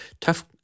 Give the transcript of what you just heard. tough